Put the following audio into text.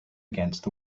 against